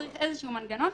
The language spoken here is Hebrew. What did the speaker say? צריך איזשהו מנגנון.